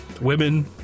women